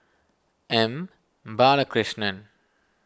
M Balakrishnan